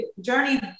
journey